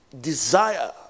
desire